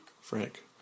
Frank